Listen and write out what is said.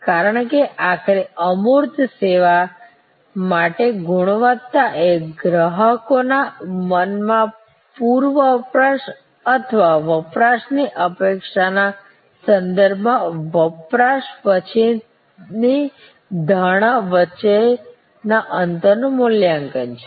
કારણ કે આખરે અમૂર્ત સેવા માટેની ગુણવત્તા એ ગ્રાહકોના મનમાં પૂર્વ વપરાશ અથવા વપરાશની અપેક્ષાના સંદર્ભમાં વપરાશ પછીની ધારણા વચ્ચેના અંતરનું મૂલ્યાંકન છે